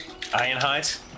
Ironhide